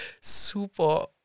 super